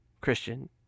Christian